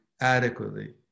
adequately